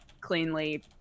cleanly